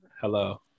hello